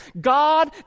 God